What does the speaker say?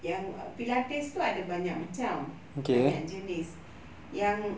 yang pilates itu ada banyak macam ada banyak jenis yang